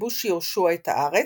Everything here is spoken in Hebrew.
וכיבוש יהושע את הארץ,